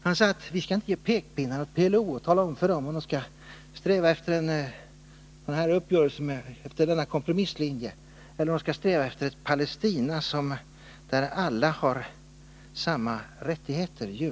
Han sade att vi inte skall komma med pekpinnar åt PLO och tala om huruvida PLO skall sträva efter en uppgörelse efter denna kompromisslinje eller sträva efter ett Palestina där alla — judar och araber — har samma rättigheter.